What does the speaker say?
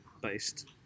based